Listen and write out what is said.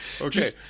Okay